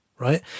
right